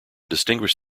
distinguish